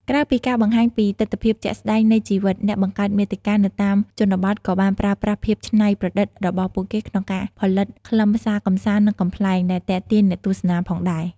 ក្រៅពីការបង្ហាញពីទិដ្ឋភាពជាក់ស្តែងនៃជីវិត អ្នកបង្កើតមាតិកានៅតាមជនបទក៏បានប្រើប្រាស់ភាពច្នៃប្រឌិតរបស់ពួកគេក្នុងការផលិតខ្លឹមសារកម្សាន្ត និងកំប្លែង ដែលទាក់ទាញអ្នកទស្សនាផងដែរ។